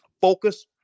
focus